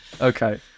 okay